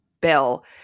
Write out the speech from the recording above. Bill